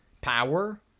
power